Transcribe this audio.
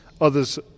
Others